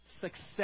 success